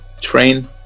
train